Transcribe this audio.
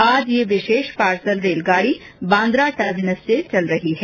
आज ये विशेष पार्सल रेलगाड़ी बांद्रा टर्मिनस चल रही है